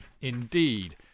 Indeed